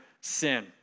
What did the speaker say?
sin